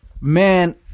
Man